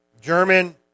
German